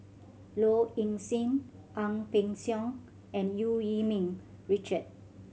Low Ing Sing Ang Peng Siong and Eu Yee Ming Richard